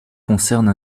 concernent